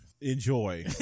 Enjoy